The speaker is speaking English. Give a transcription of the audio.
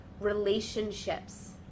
relationships